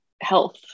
health